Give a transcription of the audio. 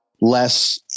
less